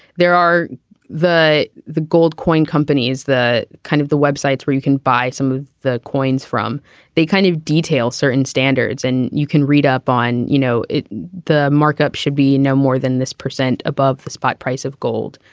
there are the the gold coin companies that kind of the websites where you can buy some of the coins from the kind of detail certain standards and you can read up on you know the markup should be no more than this percent above the spot price of gold.